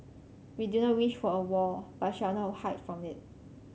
we do not wish for a war but shall not hide from it